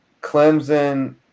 Clemson